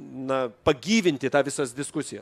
na pagyvinti tą visą diskusiją